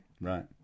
Right